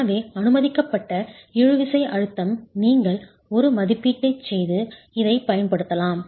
எனவே அனுமதிக்கப்பட்ட இழுவிசை அழுத்தம் நீங்கள் ஒரு மதிப்பீட்டைச் செய்து இதைப் பயன்படுத்தலாம்